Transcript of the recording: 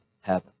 heaven